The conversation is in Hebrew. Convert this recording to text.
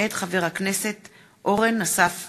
מאת חבר הכנסת ג'מאל זחאלקה,